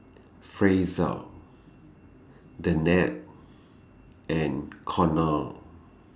Frazier Danette and Konnor